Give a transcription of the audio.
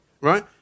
Right